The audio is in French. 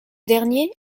dernier